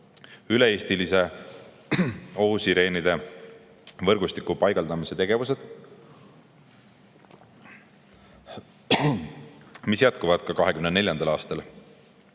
üle-eestilise ohusireenide võrgustiku paigaldamise tegevused, mis jätkuvad ka 2024. aastal,